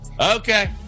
Okay